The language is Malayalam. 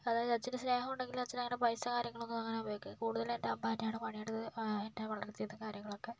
അതായത് അച്ഛന് സ്നേഹം ഉണ്ടെങ്കിലും അച്ഛനങ്ങനെ പൈസ കാര്യങ്ങളൊന്നും അങ്ങനെ ഉപയോഗിക്കില്ല കൂടുതലും എൻറെ അമ്മതന്നെയാണ് പണിയെടുത്ത് എന്നെ വളർത്തിയതും കാര്യങ്ങളൊക്കെ